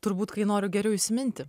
turbūt kai noriu geriau įsiminti